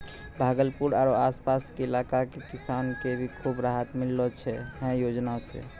भागलपुर आरो आस पास के इलाका के किसान कॅ भी खूब राहत मिललो छै है योजना सॅ